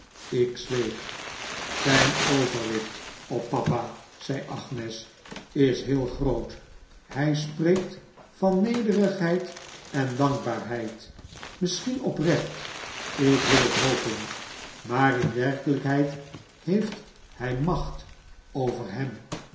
ik zweeg zijn overwicht op papa zei agnes is heel groot hij spreekt van nederigheid en dankbaarheid misschien oprecht ik wil het hopen maar in werkelijkheid heeft hij macht over hem